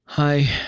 Hi